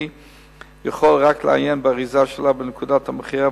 יכול רק לעיין באריזה שלה בנקודת המכירה,